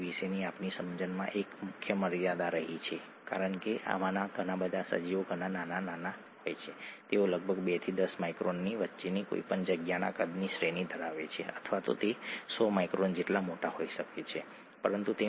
adenine અને thymine તેમના ખૂબ જ રાસાયણિક સ્વભાવથી આ બંને વચ્ચે હાઇડ્રોજન બંધ બનાવી શકે છે ઠીક છે